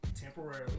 temporarily